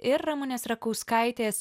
ir ramunės rakauskaitės